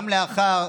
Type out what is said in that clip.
גם לאחר